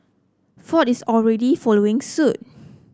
ford is already following suit